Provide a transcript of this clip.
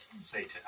Satan